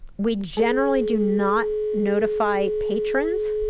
we generally do not notify patrons,